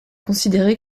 considéré